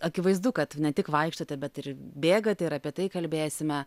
akivaizdu kad ne tik vaikštote bet ir bėgate ir apie tai kalbėsime